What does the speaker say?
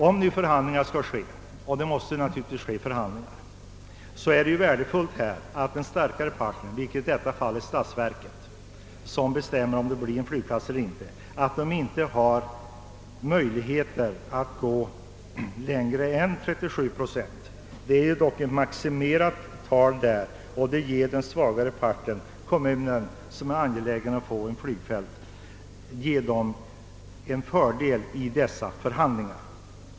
Om nu förhandlingar skall komma till stånd — vilket naturligtvis måste ske är det värdefullt att den starkare parten — i detta fall statsverket, som bestämmer om det skall bli någon flygplats eller ej — inte har möjlighe ter att gå längre än till 37,5 procent. Vi har dock ett maximerat tal, vilket ger den svagare parten — kommunen som är angelägen att få ett flygfält — en fördel i förhandlingarna.